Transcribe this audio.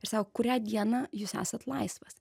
ir sako kurią dieną jūs esat laisvas